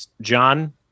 John